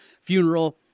funeral